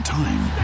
time